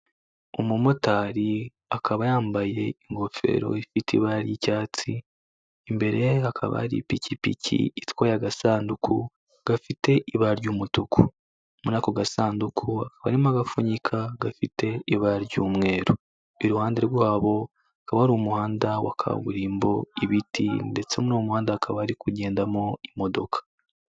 Umumotari akaba yambaye ingofero ifite ibara ry'icyatsi, imbere hakaba ari ipikipiki itwaye agasanduku gafite ibara ry'umutuku, muri ako gasanduku hakaba harimo agapfunyika gafite ibara ry'umweru, iruhande rwabo hakaba hari umuhanda wa kaburimbo, ibiti ndetse muri uwo muhanda hakaba hari kugendamo imodoka.